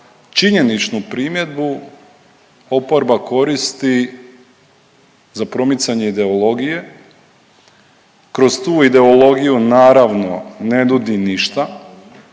činjeničnu primjedbu oporba koristi za promicanje ideologije. Kroz tu ideologiju naravno ne nudi ništa.